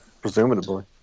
presumably